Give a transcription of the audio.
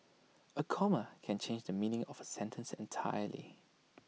A comma can change the meaning of A sentence entirely